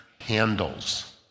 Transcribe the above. handles